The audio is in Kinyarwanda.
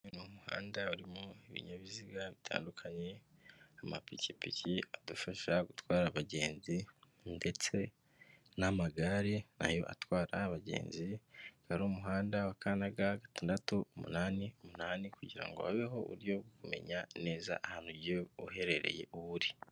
Uyu ni muhanda urimo ibinyabiziga bitandukanye, amapikipiki adufasha gutwara abagenzi ndetse n'amagare na yo atwara abagenzi, akaba ari umuhanda wa ka na ga gatandatu, umunani umunani, kugirango habeho uburyo bwo kumenya neza ahantu ugiye uherereye uba uri.